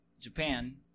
Japan